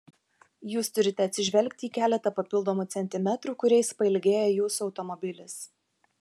jūs turite atsižvelgti į keletą papildomų centimetrų kuriais pailgėja jūsų automobilis